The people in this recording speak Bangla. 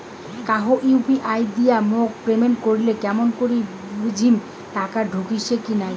কাহো ইউ.পি.আই দিয়া মোক পেমেন্ট করিলে কেমন করি বুঝিম টাকা ঢুকিসে কি নাই?